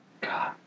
God